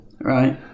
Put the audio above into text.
Right